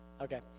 Okay